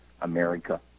America